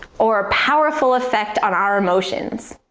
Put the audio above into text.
or a powerful effect on our emotions.